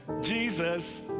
Jesus